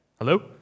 Hello